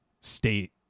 state